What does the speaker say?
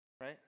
Right